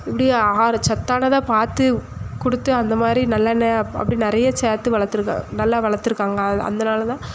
இப்படியே ஆறு சத்தானதாக பார்த்து கொடுத்து அந்தமாதிரி நல்லெண்ணெய் அப் அப்படி நிறைய சேர்த்து வளர்த்துருக்கா நல்லா வளர்த்துருக்காங்க அந்தனால தான்